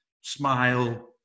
smile